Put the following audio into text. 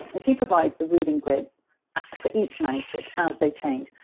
and she provides the ruling grids for each manuscript, as they change.